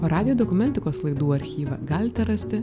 o radijo dokumentikos laidų archyvą galite rasti